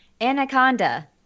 Anaconda